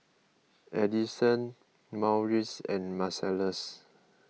Addyson Marius and Marcellus